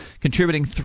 contributing